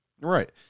Right